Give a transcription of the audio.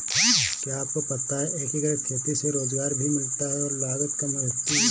क्या आपको पता है एकीकृत खेती से रोजगार भी मिलता है और लागत काम आती है?